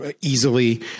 easily